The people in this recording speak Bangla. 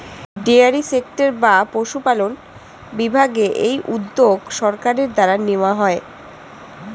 ডেয়ারি সেক্টর বা পশুপালন বিভাগে এই উদ্যোগ সরকারের দ্বারা নেওয়া হয়